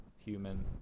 human